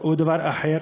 או דבר אחר